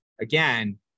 again